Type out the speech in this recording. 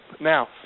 Now